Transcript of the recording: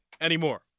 anymore